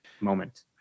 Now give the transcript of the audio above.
moment